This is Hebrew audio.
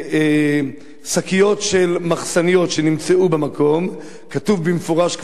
בשקיות של מחסניות שנמצאו במקום כתוב במפורש,